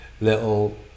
little